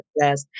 Yes